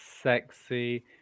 sexy